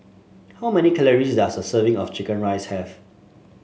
how many calories does a serving of chicken rice have